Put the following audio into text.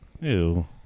Ew